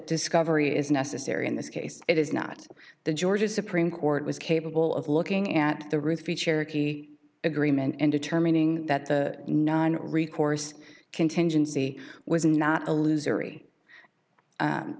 discovery is necessary in this case it is not the georgia supreme court was capable of looking at the roof each cherokee agreement and determining that the non recourse contingency was not a loser